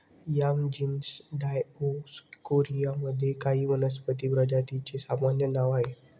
yam genus Dioscorea मध्ये काही वनस्पती प्रजातींचे सामान्य नाव आहे